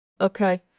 Okay